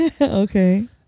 Okay